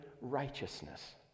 righteousness